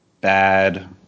bad